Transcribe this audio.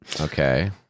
Okay